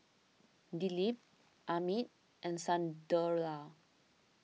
Dilip Amit and Sunderlal